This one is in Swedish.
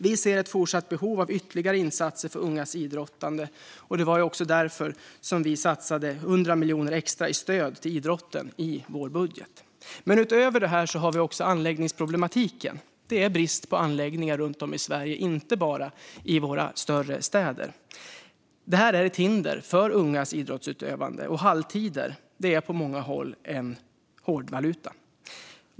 Vi ser ett fortsatt behov av ytterligare insatser för ungas idrottande, och därför satsade vi 100 miljoner extra i stöd till idrotten i vår budget. Utöver detta har vi också anläggningsproblematiken. Det är brist på anläggningar runt om i Sverige, inte bara i våra större städer. Detta är ett hinder för ungas idrottsutövande, och halltider är på många håll hårdvaluta.